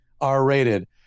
R-rated